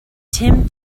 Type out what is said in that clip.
tim